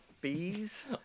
bees